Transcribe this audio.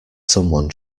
someone